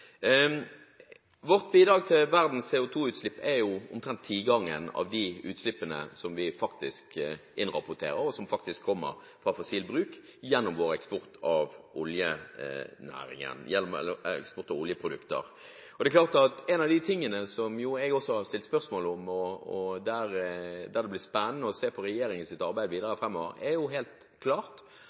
Vårt bidrag til verdens CO2-utslipp er omtrent tigangen av de utslippene som vi faktisk innrapporterer, og som faktisk kommer fra fossil bruk gjennom vår eksport av oljeprodukter. En av de tingene jeg også har stilt spørsmål om, og der det blir spennende å se på regjeringens arbeid videre